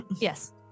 Yes